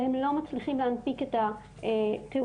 והם לא מצליחים להנפיק את התעודות.